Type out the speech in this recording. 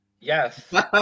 Yes